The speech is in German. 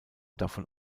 davon